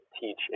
teach